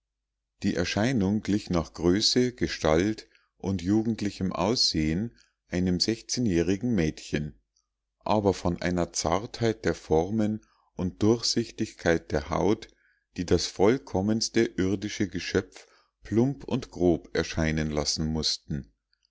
die erscheinung glich nach größe gestalt und jugendlichem aussehen einem sechzehnjährigen mädchen aber von einer zartheit der formen und durchsichtigkeit der haut die das vollkommenste irdische geschöpf plump und grob erscheinen lassen mußten